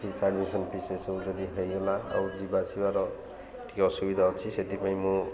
fees admission fees ଏସବୁ ଯଦି ହେଇଗଲା ଆଉ ଯିବା ଆସିବାର ଟିକେ ଅସୁବିଧା ଅଛି ସେଥିପାଇଁ ମୁଁ